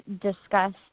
discussed